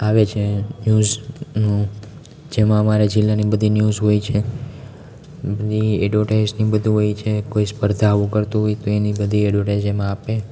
આવે છે ન્યૂઝનું જેમાં અમારા જીલ્લાની બધી ન્યૂઝ હોય છે બધી એડવર્ટાઈઝને બધું હોય છે કોઈ સ્પર્ધાઓ કરતું હોય તો એની બધી એડવર્ટાઈઝ એમાં આપે